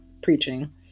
preaching